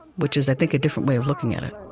which is, i think, a different way of looking at it